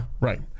Right